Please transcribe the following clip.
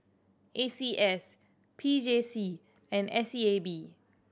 A C S P J C and S E A B